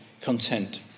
content